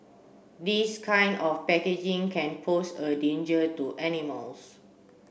this kind of packaging can pose a danger to animals